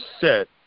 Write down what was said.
set